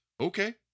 Okay